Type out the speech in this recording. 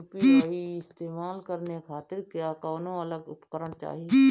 UPI इस्तेमाल करने खातिर क्या कौनो अलग उपकरण चाहीं?